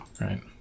Right